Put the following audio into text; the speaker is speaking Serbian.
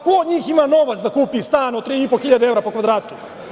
Ko od njih ima novac da kupi stan od 3.500 evra po kvadratu?